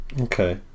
okay